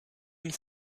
une